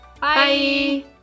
Bye